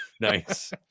Nice